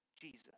jesus